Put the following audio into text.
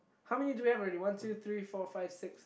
how many do we have already one two three four five six